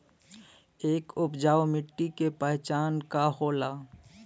एक उपजाऊ मिट्टी के पहचान का होला?